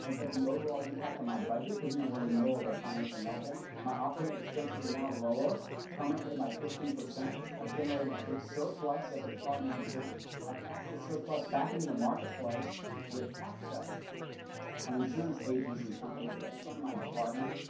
and but the overall impact on my budget, cause, you know, we're in the middle of a financial meltdown, my operating expenses are now lower, permanently, by fifteen. i've generated this big surplus at the department of insurance. i've passed this surplus back into the marketplace with tax cuts on insurance agents and companies that fund my department.